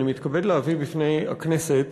אני מתכבד להביא בפני הכנסת